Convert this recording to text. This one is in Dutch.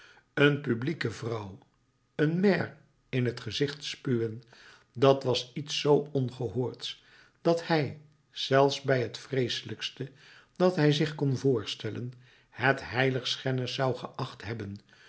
een publieke vrouw een maire in t gezicht spuwen dat was iets zoo ongehoords dat hij zelfs bij het vreeselijkste dat hij zich kon voorstellen het heiligschennis zou geacht hebben